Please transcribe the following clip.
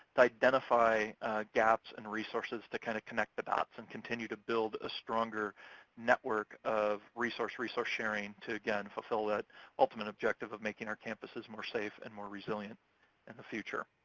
to identify gaps in and resources to kinda connect the dots and continue to build a stronger network of resource resource sharing to, again, fulfill that ultimate objective of making our campuses more safe and more resilient in the future.